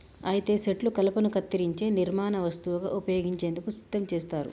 అయితే సెట్లు కలపను కత్తిరించే నిర్మాణ వస్తువుగా ఉపయోగించేందుకు సిద్ధం చేస్తారు